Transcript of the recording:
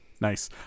Nice